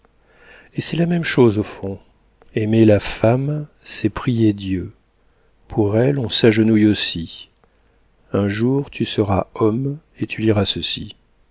et c'est la même chose au fond aimer la femme c'est prier dieu pour elle on s'agenouille aussi un jour tu seras homme et tu liras ceci